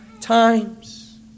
times